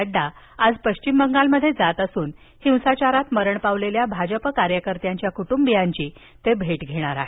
नड्डा आज पश्चिम बंगालमध्ये जात असून हिंसाचारात मरण पावलेल्या भाजप कार्यकर्त्यांच्या कुटुंबियांची ते भेट घेणार आहेत